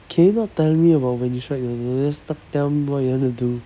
can you not tell me about when you strike toto just talk tell me what you want to do